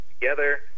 together